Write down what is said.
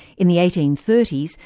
in the eighteen thirty s,